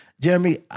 Jeremy